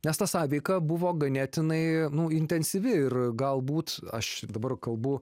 nes ta sąveika buvo ganėtinai nu intensyvi ir galbūt aš dabar kalbu